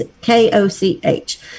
K-O-C-H